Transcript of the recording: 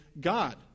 God